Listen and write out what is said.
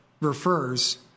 refers